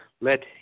let